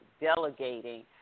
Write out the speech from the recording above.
delegating